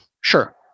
Sure